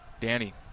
Danny